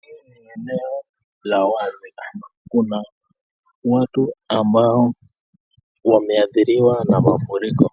Hili ni eneo la wazi, kuna watu ambao wameadhiriwa na mafuriko,